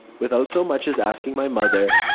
without so much as asking my mother,